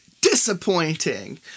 disappointing